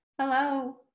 Hello